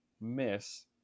miss